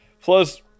Plus